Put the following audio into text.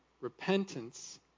repentance